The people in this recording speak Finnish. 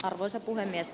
arvoisa puhemies